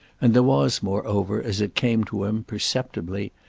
and was moreover, as it came to him, perceptibly,